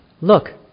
Look